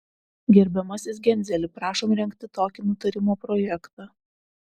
gerbiamasis genzeli prašom rengti tokį nutarimo projektą